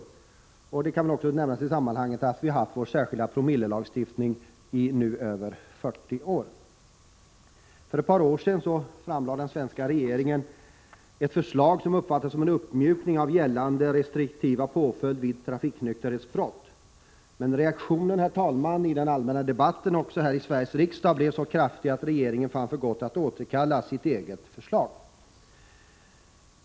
Det kan nämnas i sammanhanget att vi har haft vår särskilda promillelagstiftning i över 40 år nu. För ett par år sedan lade den svenska regeringen fram ett förslag som uppfattades som en uppmjukning av gällande restriktiva påföljder vid rafikonykterhetsbrott. Men reaktionen, herr talman, i den allmänna debatten — också här i Sveriges riksdag — blev så kraftig att regeringen fann för gott att återkalla sitt eget förslag.